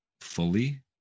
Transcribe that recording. fully